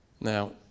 Now